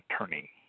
attorney